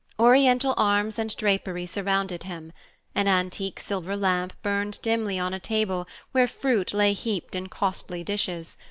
oriental arms and drapery surrounded him an antique silver lamp burned dimly on a table where fruit lay heaped in costly dishes,